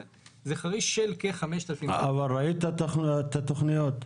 חריש של כ-5,000 -- ראית את התכניות?